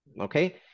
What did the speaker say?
Okay